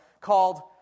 called